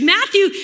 Matthew